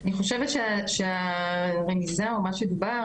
אני חושבת שהרמיזה או מה שדובר,